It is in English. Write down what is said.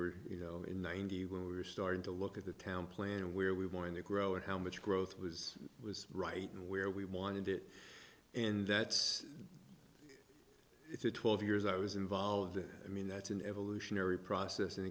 were you know in ninety one we were starting to look at the town plan and where we wanted to grow it how much growth was was right and where we wanted it and that's it twelve years i was involved in i mean that's an evolutionary process and